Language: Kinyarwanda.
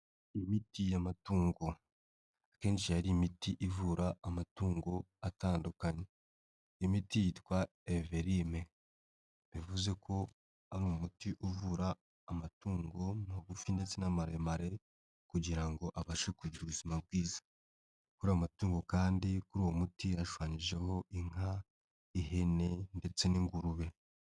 Imiti y'amatungo akenshi hari imiti ivura amatungo atandukanye. Imiti yitwa everime bivuze ko ari umuti uvura amatungo magufi ndetse n'amaremare, kugira ngo abashe kugira ubuzima bwiza. Aamatungo kandi kuri uwo muti hashushanyijeho inka n'ihene ndetse n'ingurube.